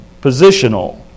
positional